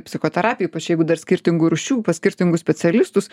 psichoterapijų ypač jeigu dar skirtingų rūšių pas skirtingus specialistus